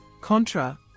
Contra